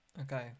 Okay